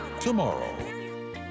tomorrow